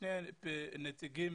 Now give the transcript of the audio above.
שני נציגים,